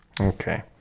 Okay